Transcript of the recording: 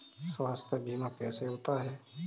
स्वास्थ्य बीमा कैसे होता है?